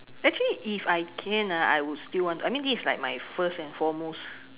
actually if I can ah I would still want I mean this like is my first and foremost